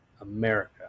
America